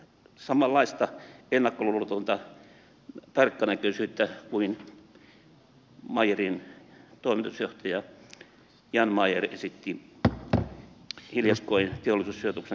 samanlaista ennakkoluulotonta tarkkanäköisyyttä kuin meyerin toimitusjohtaja jan meyer esitti hiljakkoin teollisuussijoituksen kasvu lehdessä